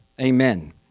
Amen